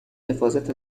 حفاظت